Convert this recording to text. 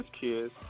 kids